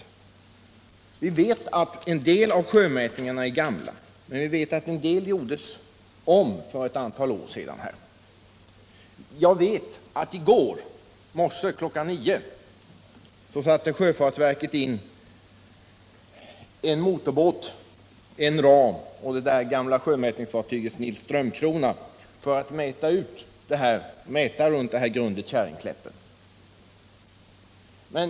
Det är känt att en del av sjömätningarna är gamla och att en del mätningar gjordes om för ett antal år sedan. Jag vet att sjöfartsverket i går morse kl. 09.00 satte in en motorbåt och det gamla sjömätningsfartyget Nils Strömkrona för att mäta runt grundet Kärringkläppen.